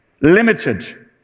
limited